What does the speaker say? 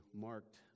marked